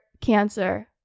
cancer